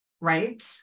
right